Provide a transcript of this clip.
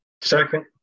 Second